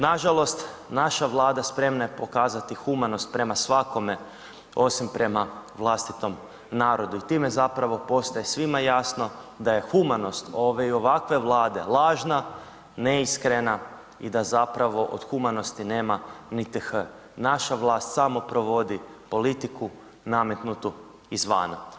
Nažalost, naša Vlada spremna je pokazati humanost prema svakome osim prema vlastitom narodu i time zapravo postaje svima jasno da je humanost ove i ovakve Vlade lažna, neiskrena i da zapravo od humanosti nema niti H, naša vlast samo provodi politiku nametnutu iz vana.